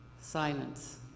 Silence